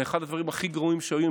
זה אחד הדברים הכי גרועים שעולים.